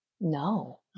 No